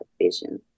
vision